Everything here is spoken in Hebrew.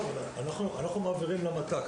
אנחנו מעבירים למת"ק.